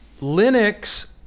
Linux